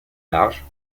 large